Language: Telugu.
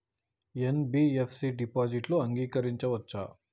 ఎన్.బి.ఎఫ్.సి డిపాజిట్లను అంగీకరించవచ్చా?